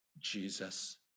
Jesus